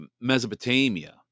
Mesopotamia